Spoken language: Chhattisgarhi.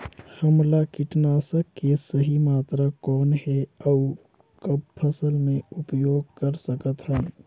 हमला कीटनाशक के सही मात्रा कौन हे अउ कब फसल मे उपयोग कर सकत हन?